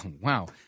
Wow